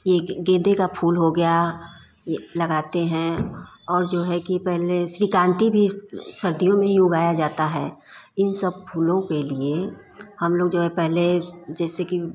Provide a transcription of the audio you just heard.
ये गेंदे का फूल हो गया ये लगाते है और जो है कि पहले श्रीकांती भी सर्दियों में ही उगाया जाता है इन अब फूलों के लिए हम लोग जो है पहले जैसे कि